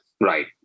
Right